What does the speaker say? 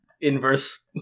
inverse